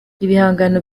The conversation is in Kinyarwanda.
ibihangano